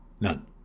None